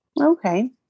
Okay